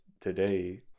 today